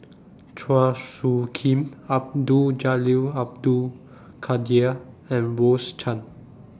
Chua Soo Khim Abdul Jalil Abdul Kadir and Rose Chan